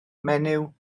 menyw